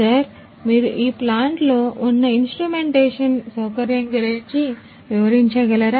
sir మీరు ఈ ప్లాంట్లో ఉన్న ఇన్స్ట్రుమెంటేషన్ సౌకర్యం గురించి వివరించగలరా